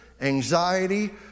anxiety